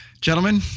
Gentlemen